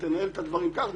תנהל את הדברים כך,